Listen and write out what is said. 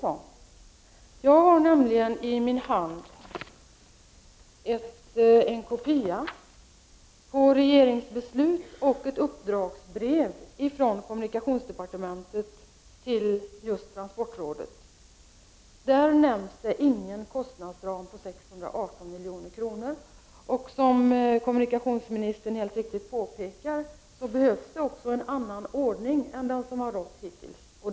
I min hand har jag nämligen en kopia på regeringsbeslut och ett uppdragsbrev från kommunikationsdepartementet till just transportrådet. Där nämns det ingen kostnadsram på 618 milj.kr. Som kommunikationsministern helt riktigt påpekar behövs det en annan ordning än den som har rått hittills.